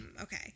Okay